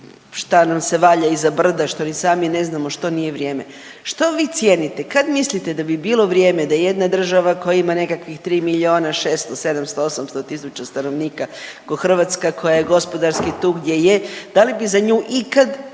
šta nam se valja iza brda što ni sami ne znamo što nije vrijeme, što vi cijenite, kad mislite da bi bilo vrijeme da jedna država koja ima nekakvih tri milijuna 600, 700, 800 tisuća stanovnika ko Hrvatska koja je gospodarski tu gdje je, da li bi za nju ikad,